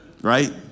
right